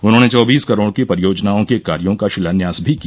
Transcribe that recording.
उन्होंने चौबीस करोड़ की परियोजनाओं के कार्यों का शिलान्यास भी किया